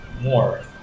more